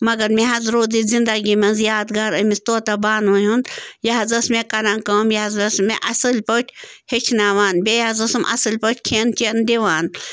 مگر مےٚ حظ روٗد یہِ زِندگی منٛز یادگار أمِس طوطہ بانوِ ہُنٛد یہِ حظ ٲس مےٚ کَران کٲم یہِ حظ ٲس مےٚ اَصٕل پٲٹھۍ ہیٚچھناوان بیٚیہِ حظ ٲسٕم اَصٕل پٲٹھۍ کھٮ۪ن چٮ۪ن دِوان